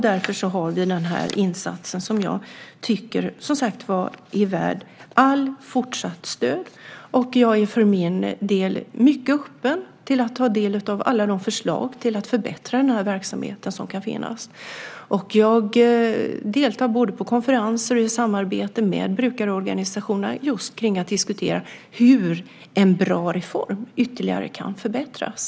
Därför gör vi den insats som jag tycker är värd allt fortsatt stöd. Jag är för min del mycket öppen för att ta del av alla de förslag till att förbättra den här verksamheten som kan finnas. Jag deltar både på konferenser och i samarbete med brukarorganisationerna just för att diskutera hur en bra reform ytterligare kan förbättras.